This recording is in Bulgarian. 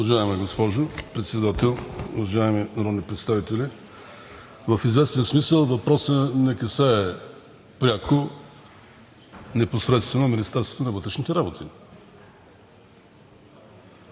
Уважаема госпожо Председател, уважаеми народни представители! В известен смисъл въпросът не касае пряко и непосредствено Министерството на вътрешните работи.